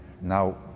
now